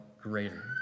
greater